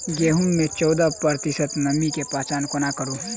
गेंहूँ मे चौदह प्रतिशत नमी केँ पहचान कोना करू?